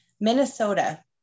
Minnesota